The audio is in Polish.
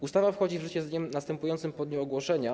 Ustawa wchodzi w życie z dniem następującym po dniu jej ogłoszenia.